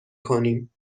کنیم